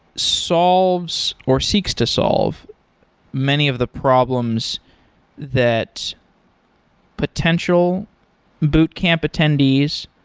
solves or seeks to solve many of the problems that potential boot camp attendees,